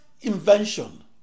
invention